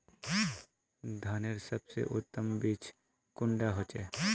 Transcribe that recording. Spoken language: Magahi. धानेर सबसे उत्तम बीज कुंडा होचए?